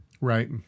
Right